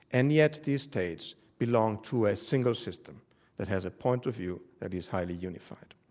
and yet these states belong to a single system that has a point of view that is highly unified.